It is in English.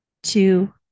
Two